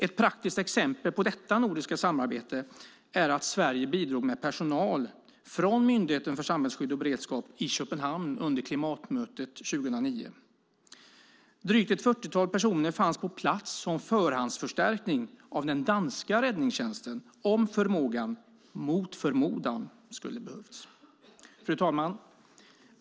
Ett praktiskt exempel på detta nordiska samarbete är att Sverige bidrog med personal från Myndigheten för samhällsskydd och beredskap i Köpenhamn under klimatmötet 2009. Drygt ett fyrtiotal personer fanns på plats som förhandsförstärkning av den danska räddningstjänsten, om denna förmåga mot förmodan skulle ha behövts. Fru talman!